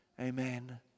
Amen